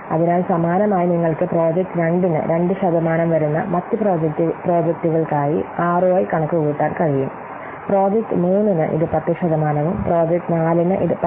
അതിനാൽ സമാനമായി നിങ്ങൾക്ക് പ്രോജക്റ്റ് 2 ന് 2 ശതമാനം വരുന്ന മറ്റ് പ്രോജക്ടുകൾക്കായി ആർഒഐ കണക്കുകൂട്ടാൻ കഴിയും പ്രോജക്റ്റ് 3 ന് ഇത് 10 ശതമാനവും പ്രോജക്റ്റ് 4 ന് ഇത് 12